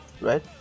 Right